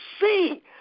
see